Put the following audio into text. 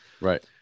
right